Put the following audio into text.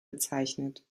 bezeichnet